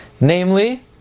Namely